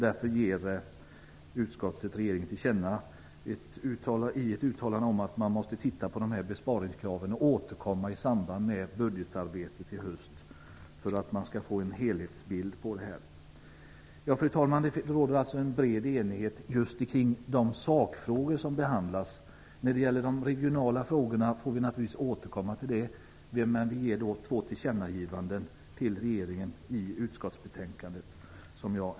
Därför ger utskottet regeringen till känna att regeringen måste titta på dessa besparingskrav och återkomma i samband med budgetarbetet i höst, för att vi skall få en helhetsbild. Fru talman! Det råder alltså en bred enighet just kring de sakfrågor som behandlas. När det gäller de regionala frågorna får vi naturligtvis återkomma. Vi gör två tillkännagivanden till regeringen i utskottsbetänkandet.